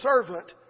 servant